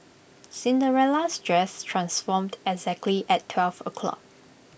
Cinderella's dress transformed exactly at twelve o'clock